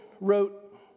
wrote